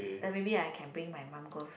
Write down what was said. then maybe I can bring my mum goes